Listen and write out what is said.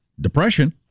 depression